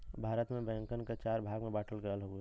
भारत में बैंकन के चार भाग में बांटल गयल हउवे